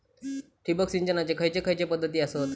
ठिबक सिंचनाचे खैयचे खैयचे पध्दती आसत?